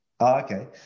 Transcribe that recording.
okay